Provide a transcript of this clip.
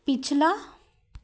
ਪਿਛਲਾ